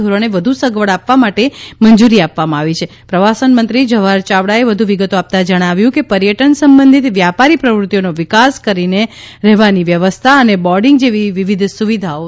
ધોરણે વધુ સગવડ આપવા માટે મંજુરી આપવામાં આવી છે પ્રવાસન મંત્રી શ્રી જવાહર ચાવડાએ વધુ વિગત આપતાં જણાવ્યુ કે પર્યટન સંબંઘિત વ્યાપારી પ્રવૃતિઓનો વિકાસ કરીને રહેવાની વ્યવસ્થા અને બોર્ડિંગ જવી વિવિઘ સુવિધાઓ આપશે